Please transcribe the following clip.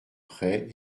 près